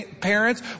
parents